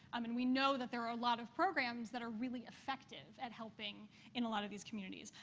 i mean we know that there are a lot of programs that are really effective at helping in a lot of these communities.